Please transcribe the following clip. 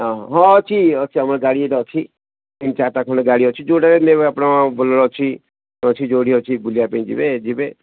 ହଁ ହଁ ଅଛି ହଁ ଅଛି ଗାଡ଼ି ଆମର ଏଇଠି ଅଛି ତିନି ଚାରି ଟା ଖଣ୍ଡେ ଗାଡ଼ି ଅଛି ଯେଉଁଟା ନେବେ ଆପଣ ବୋଲେରୋ ଅଛି ଯେଉଁଠି ଅଛି ବୁଲିବା ପାଇଁ ଯିବେ ଯିବେ